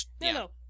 no